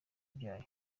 byayo